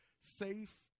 safe